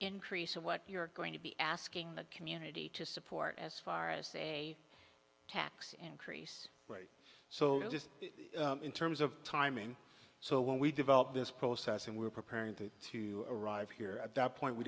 increase of what you're going to be asking the community to support as far as a tax increase right so just in terms of timing so when we develop this process and we're preparing to to arrive here at that point we